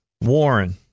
Warren